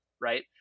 right